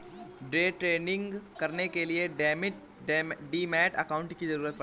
day trading करने के लिए डीमैट अकांउट की जरूरत पड़ती है